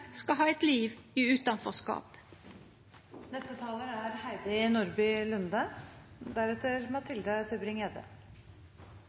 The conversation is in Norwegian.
skal ha eit liv i utanforskap. Dette er